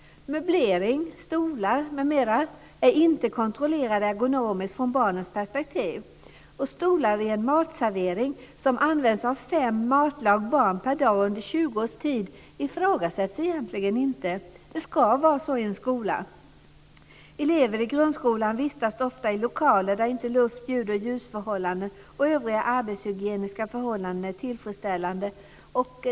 Möblering, stolar m.m. är inte kontrollerade ergonomiskt från barnens perspektiv. Stolar i en matservering som använts av fem matlag barn per dag under tjugo års tid ifrågasätts egentligen inte. Det ska vara så i en skola. Elever i grundskolan visats ofta i lokaler där luft-, ljudoch ljusförhållanden och övriga arbetshygieniska förhållanden inte är tillfredsställande.